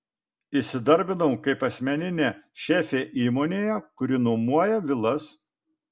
įsidarbinau kaip asmeninė šefė įmonėje kuri nuomoja vilas